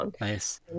Nice